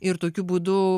ir tokiu būdu